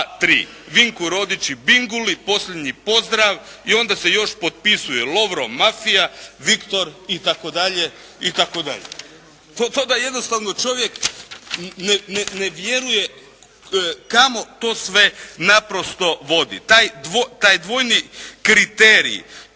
Vinku Rodiću i Binguli posljednji pozdrav i onda se još potpisuje Lovro mafija, Viktor itd. itd. To da jednostavno čovjek ne vjeruje kamo to sve naprosto vodi. Taj dvojni kriterij